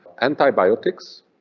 Antibiotics